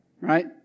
Right